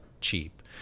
cheap